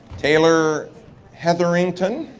taylor hetherington.